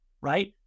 right